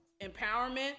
empowerment